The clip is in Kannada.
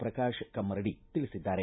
ಪ್ರಕಾಶ ಕಮ್ಮರಡಿ ತಿಳಿಸಿದ್ದಾರೆ